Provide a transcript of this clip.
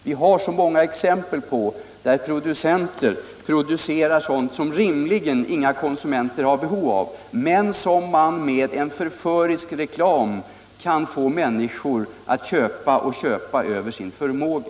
Vi har så många exempel på att producenter producerar sådant som ingen konsument rimligen har behov av men som man med förförisk reklam kan få människor att köpa och köpa över sin förmåga.